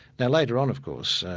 now later on, of course,